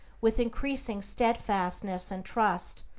with increasing steadfastness and trust,